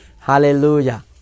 Hallelujah